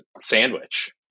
sandwich